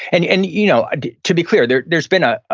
and and you know ah to be clear, there's there's been a,